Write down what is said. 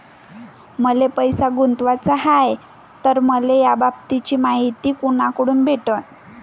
मले पैसा गुंतवाचा हाय तर मले याबाबतीची मायती कुनाकडून भेटन?